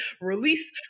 release